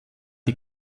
die